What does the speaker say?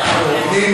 אנחנו הוגנים,